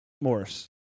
morris